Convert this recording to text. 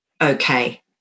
okay